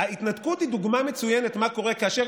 ההתנתקות היא דוגמה מצוינת מה קורה כאשר